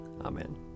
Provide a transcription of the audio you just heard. Amen